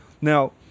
Now